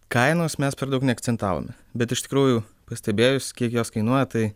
kainos mes per daug neakcentavome bet iš tikrųjų pastebėjus kiek jos kainuoja tai